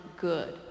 good